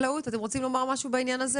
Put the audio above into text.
זאת לא חובה שהוא יעשה את זה?